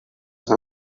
sun